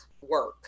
work